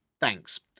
Thanks